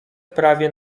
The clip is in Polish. prawie